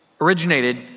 originated